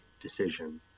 decision